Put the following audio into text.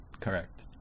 Correct